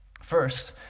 First